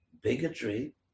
bigotry